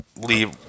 leave